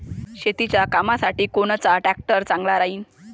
शेतीच्या कामासाठी कोनचा ट्रॅक्टर चांगला राहीन?